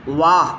वाह